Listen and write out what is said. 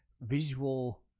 visual